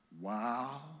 Wow